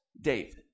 David